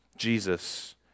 Jesus